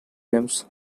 games